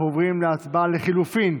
אנחנו עוברים להצבעה על הסתייגות מס'